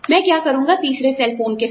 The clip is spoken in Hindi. मैं क्या करुंगा तीसरे सेल फोन के साथ